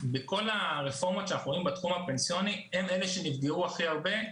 בכל הרפורמות שאנחנו רואים בתחום הפנסיוני הם אלה שנפגעו הכי הרבה,